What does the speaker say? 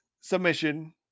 submission